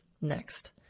next